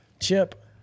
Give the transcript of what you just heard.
Chip